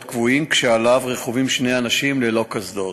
כבויים כשעליו רכובים שני אנשים ללא קסדות.